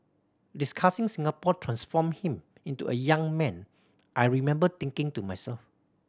discussing Singapore transformed him into a young man I remember thinking to myself